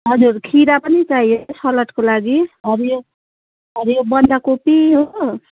हजुर खिरा पनि चाहिएको छ सलादको लागि हरियो हरियो बन्दकोपी हो